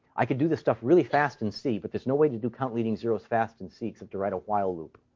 i could do this stuff really fast in c, but there's no way to do count leading zeros fast in c except to write a while loop.